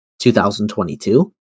2022